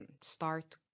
start